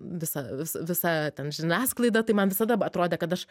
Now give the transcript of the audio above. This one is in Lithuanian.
visa visa ten žiniasklaida tai man visada atrodė kad aš